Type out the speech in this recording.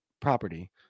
property